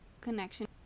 connection